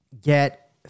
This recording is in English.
get